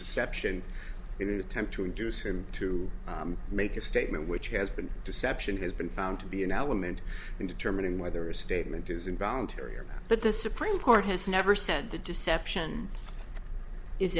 ssion in an attempt to induce him to make a statement which has been deception has been found to be an element in determining whether a statement is involuntary or but the supreme court has never said the deception is